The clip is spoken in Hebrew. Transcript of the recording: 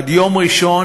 עד יום ראשון,